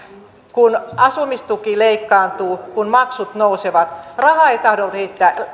kun asumistuki leikkaantuu kun maksut nousevat raha ei tahdo riittää